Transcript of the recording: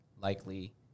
likely